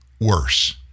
worse